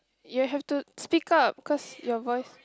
you have to speak up cause your voice